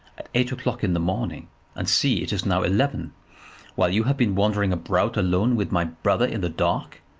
at eight o'clock in the morning and see, it is now eleven while you have been wandering about alone with my brother in the dark!